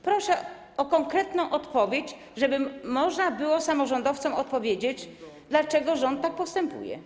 Proszę o konkretną odpowiedź, żeby można było samorządowcom odpowiedzieć, dlaczego rząd tak postępuje.